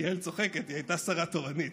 יעל צוחקת, היא הייתה שרה תורנית.